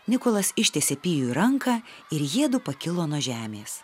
nikolas ištiesė pijui ranką ir jiedu pakilo nuo žemės